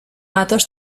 gatos